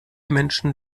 menschen